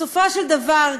בסופו של דבר,